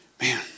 Man